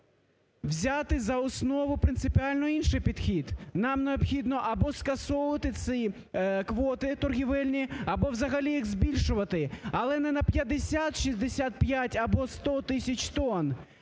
взяти за основу принципіально інший підхід, нам необхідно або скасовувати ці квоти торгівельні, або взагалі їх збільшувати, але не на 50-65 або 100 тисяч тонн,